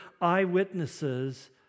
eyewitnesses